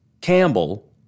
Campbell